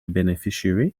beneficiary